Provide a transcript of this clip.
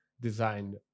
designed